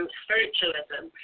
spiritualism